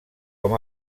com